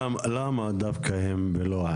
למה דווקא הם?